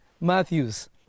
Matthews